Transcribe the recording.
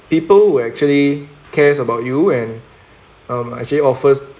people who actually cares about you and um actually offers